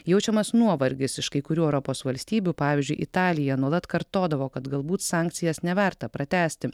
jaučiamas nuovargis iš kai kurių europos valstybių pavyzdžiui italija nuolat kartodavo kad galbūt sankcijas neverta pratęsti